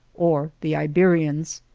or the iberians.